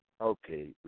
okay